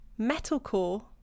Metalcore